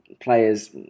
players